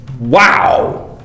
Wow